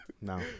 No